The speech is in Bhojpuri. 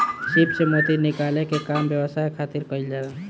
सीप से मोती निकाले के काम व्यवसाय खातिर कईल जाला